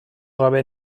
gabe